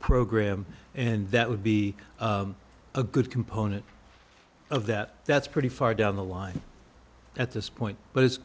program and that would be a good component of that that's pretty far down the line at this point but it's